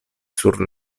sur